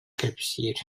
кэпсиир